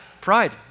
Pride